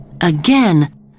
Again